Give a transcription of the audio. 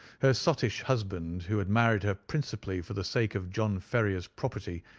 her sottish husband, who had married her principally for the sake of john ferrier's property,